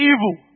Evil